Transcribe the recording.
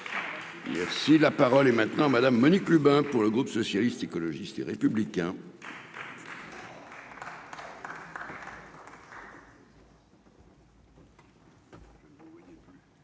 Merci, la parole est maintenant madame Monique Lubin, pour le groupe socialiste, écologiste et républicain.